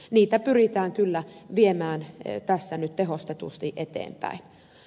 niitä pyritään kyllä viemään tässä nyt tehostetusti eteenpäin